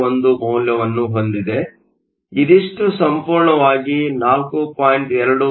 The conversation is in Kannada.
01 ಮೌಲ್ಯವನ್ನು ಹೊಂದಿದೆ ಇದಿಷ್ಷು ಸಂಪೂರ್ಣವಾಗಿ 4